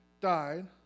died